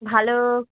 ভালো